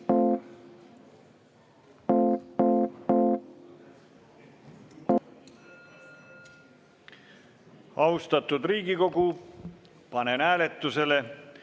Austatud Riigikogu, panen hääletusele